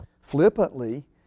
flippantly